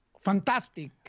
fantastic